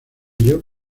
ello